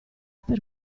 per